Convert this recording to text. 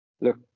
Look